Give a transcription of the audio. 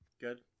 Good